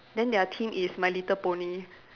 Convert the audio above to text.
then their theme is my little pony